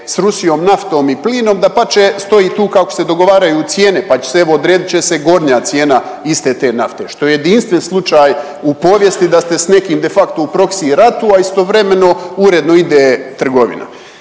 s Rusijom, naftom i plinom, dapače, stoji tu kako se dogovaraju cijene pa će se evo, odredit će se gornja cijena iste te nafte, što je jedinstven slučaju u povijesti da ste s nekim de facto u proxy ratu, a istovremeno uredno ide trgovina.